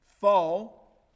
fall